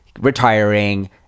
retiring